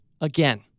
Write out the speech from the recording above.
again